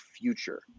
future